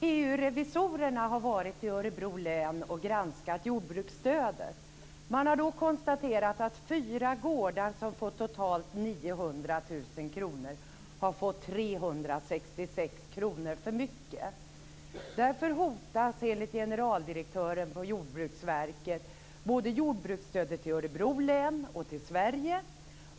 Fru talman! EU-revisorerna har varit i Örebro län och granskat jordbruksstödet. Man har konstaterat att fyra gårdar som fått totalt 900 000 kr har fått 366 kr för mycket. Därför hotas enligt generaldirektören på Jordbruksverket både jordbruksstödet i Örebro län och till Sverige.